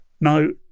no